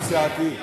זה דיון סיעתי.